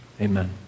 Amen